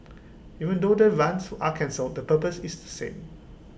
even though the runs are cancelled the purpose is the same